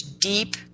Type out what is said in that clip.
deep